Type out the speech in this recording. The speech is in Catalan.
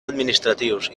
administratius